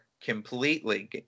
completely